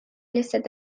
listed